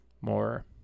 more